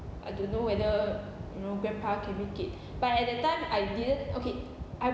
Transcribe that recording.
I don't know whether you know grandpa can make it but at that time I didn't okay I